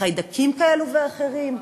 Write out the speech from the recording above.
חיידקים כאלה ואחרים,